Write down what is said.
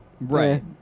right